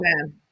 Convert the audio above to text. man